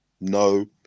no